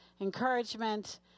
encouragement